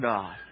God